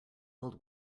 old